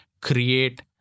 create